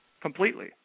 completely